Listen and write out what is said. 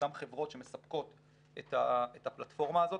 אותן חברות שמספקות את הפלטפורמה הזאת.